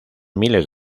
miles